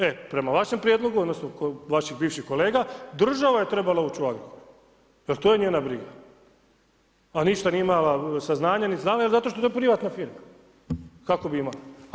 E, prema vašem prijedlogu odnosno vaših bivših kolega država je trebala ući u Agrokor jer to je njena briga a ništa nije imala saznanja ni znala jer zato što je to privatna firma, kako bi imala.